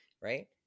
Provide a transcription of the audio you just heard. right